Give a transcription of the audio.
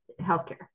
healthcare